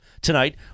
tonight